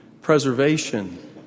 preservation